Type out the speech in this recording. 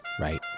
Right